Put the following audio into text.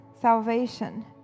salvation